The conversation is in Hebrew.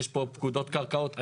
יש פה פקודות קרקעות.